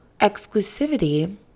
exclusivity